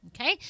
Okay